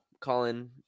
Colin